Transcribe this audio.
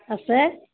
আছে